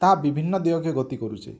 ତାହା ବିଭିନ୍ନ ଦିଗ୍କେ ଗତି କରୁଚେ